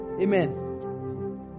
Amen